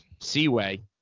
Seaway